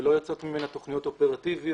ולא יוצאות ממנה תוכניות אופרטיביות.